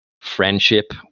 friendship